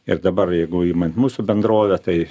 ir dabar jeigu imant mūsų bendrovę tai